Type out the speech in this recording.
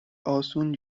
آسون